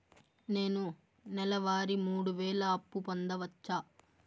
నేను నెల వారి మూడు వేలు అప్పు పొందవచ్చా?